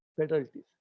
fatalities